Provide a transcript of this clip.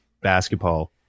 basketball